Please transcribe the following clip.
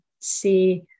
see